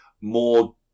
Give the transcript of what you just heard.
more